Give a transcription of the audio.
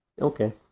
Okay